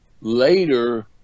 later